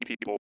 people